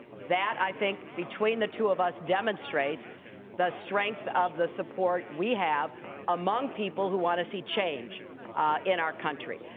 that, i think, between the two of us demonstrates the strength of the support we have among people who want to see change in our country.